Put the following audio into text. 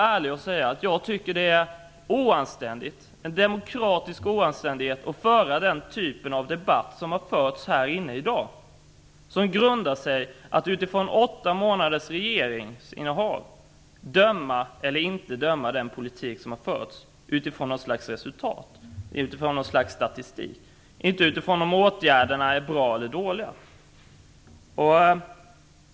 Ärligt talat tycker jag det är oanständigt att i en demokrati föra den typ av debatt som har förts här inne i dag. Denna debatt grundar sig på att efter åtta månaders regeringsinnehav döma den politik som har förts utifrån resultat och statistik; inte utifrån om åtgärderna är bra eller dåliga.